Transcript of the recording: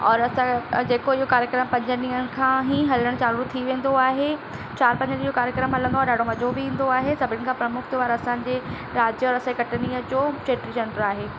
और असां जेको इहो कार्यक्रम पंज ॾींहनि खां ई हलण चालू थी वेंदो आहे चारि पंज ॾींहं कार्यक्रम हलंदो आहे ॾाढो मजो बि ईंदो आहे सभिनि खां प्रमुख त्योहारु असांजे राज्य जो आहे असांजे कटनीअ जो चेटी चंड आहे